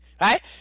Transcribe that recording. right